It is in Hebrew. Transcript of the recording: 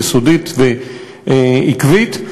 יסודית ועקבית,